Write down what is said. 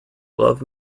love